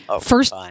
first